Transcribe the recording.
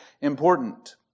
important